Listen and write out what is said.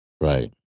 right